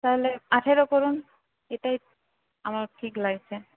তাহলে আঠেরো করুন এটাই আমার ঠিক লাগছে